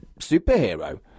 superhero